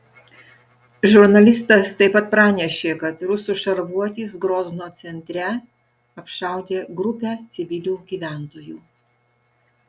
žurnalistas taip pat pranešė kad rusų šarvuotis grozno centre apšaudė grupę civilių gyventojų